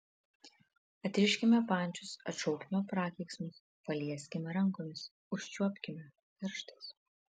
atriškime pančius atšaukime prakeiksmus palieskime rankomis užčiuopkime pirštais